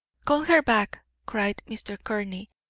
call her back! cried mr. courtney.